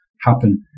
happen